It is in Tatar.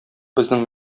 безнең